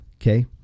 Okay